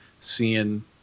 seeing